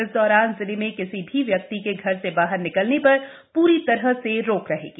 इस दौरान जिले में किसी भी व्यक्ति के घर से बाहर निकलने पर पूरीतरह से रोक रहेगी